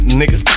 nigga